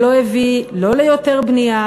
שלא הביא לא ליותר בנייה